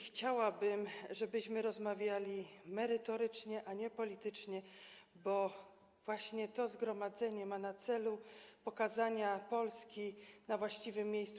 Chciałabym, żebyśmy rozmawiali merytorycznie, a nie politycznie, bo właśnie to zgromadzenie ma na celu pokazanie Polski na właściwym miejscu.